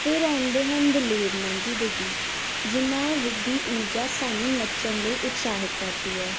ਫਿਰ ਆਉਂਦੇ ਹਨ ਦਲੇਰ ਮਹਿੰਦੀ ਦੇ ਗੀਤ ਜਿਹਨਾਂ ਦੀ ਊਰਜਾ ਸਾਨੂੰ ਨੱਚਣ ਲਈ ਉਤਸਾਹਿਤ ਕਰਦੀ ਹੈ